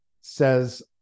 says